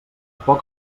poc